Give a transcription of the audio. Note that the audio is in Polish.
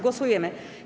Głosujemy.